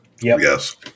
Yes